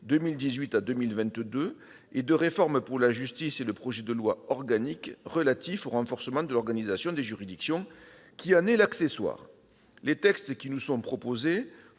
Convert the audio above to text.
2018 à 2022 et de réforme pour la justice, ainsi que le projet de loi organique relatif au renforcement de l'organisation des juridictions qui en est l'accessoire. Les textes qui nous sont proposés